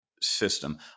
system